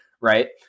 right